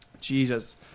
jesus